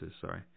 sorry